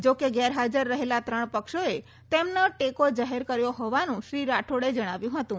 જોકે ગેરહાજર રહેલા ત્રણ પક્ષોએ તેમના ટેકો જાહેર કર્યો હોવાનું શ્રી રાઠોડે જણાવ્યું હતું